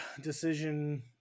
decision